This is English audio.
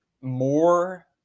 more